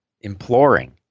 imploring